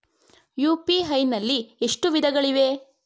UPI ನಲ್ಲಿ ಎಷ್ಟು ವಿಧಗಳಿವೆ?